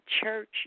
church